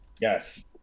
Yes